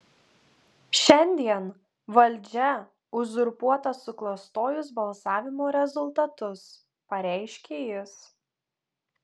šiandien valdžia uzurpuota suklastojus balsavimo rezultatus pareiškė jis